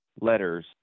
letters